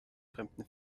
fremden